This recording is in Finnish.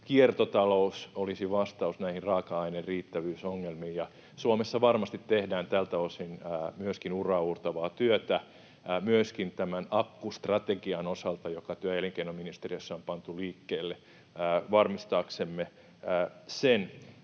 kiertotalous olisi vastaus näihin raaka-aineriittävyysongelmiin. Suomessa varmasti tehdään tältä osin uraauurtavaa työtä, ja myöskin tämän akkustrategian osalta, joka työ- ja elinkeinoministeriössä on pantu liikkeelle, varmistaaksemme sen.